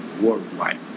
worldwide